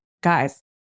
guys